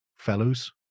fellows